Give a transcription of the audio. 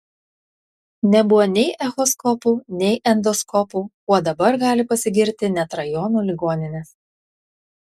nebuvo nei echoskopų nei endoskopų kuo dabar gali pasigirti net rajonų ligoninės